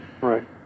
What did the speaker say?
Right